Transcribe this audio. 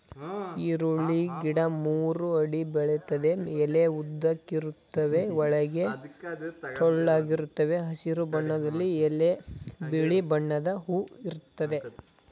ಈರುಳ್ಳಿ ಗಿಡ ಮೂರು ಅಡಿ ಬೆಳಿತದೆ ಎಲೆ ಉದ್ದಕ್ಕಿರುತ್ವೆ ಒಳಗೆ ಟೊಳ್ಳಾಗಿರ್ತವೆ ಹಸಿರು ಬಣ್ಣದಲ್ಲಿ ಎಲೆ ಬಿಳಿ ಬಣ್ಣದ ಹೂ ಇರ್ತದೆ